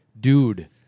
dude